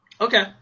Okay